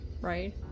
right